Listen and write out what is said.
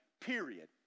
period